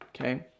Okay